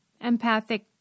empathic